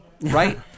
Right